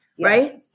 Right